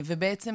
בעצם,